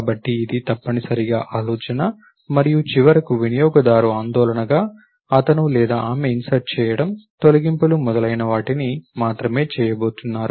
కాబట్టి ఇది తప్పనిసరిగా ఆలోచన మరియు చివరకు వినియోగదారు ఆందోళనగా అతను లేదా ఆమె ఇన్సర్ట్ చేయడం తొలగింపులు మొదలైనవాటిని మాత్రమే చేయబోతున్నారు